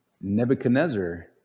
Nebuchadnezzar